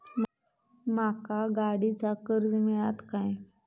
माका गाडीचा कर्ज मिळात काय?